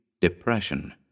depression